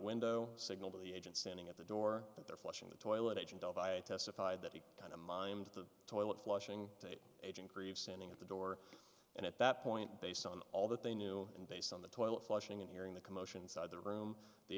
window signal to the agent standing at the door that they're flushing the toilet agent testified that he kind of mind the toilet flushing agent greve standing at the door and at that point based on all that they knew and based on the toilet flushing and hearing the commotion inside the room the